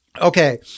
okay